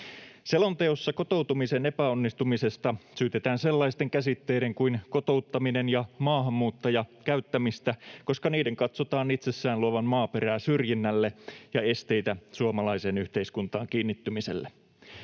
Selonteossa kotoutumisen epäonnistumisesta syytetään sellaisten käsitteiden kuin ”kotouttaminen” ja ”maahanmuuttaja” käyttämistä, koska niiden katsotaan itsessään luovan maaperää syrjinnälle ja esteitä suomalaiseen yhteiskuntaan kiinnittymiselle.